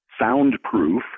soundproof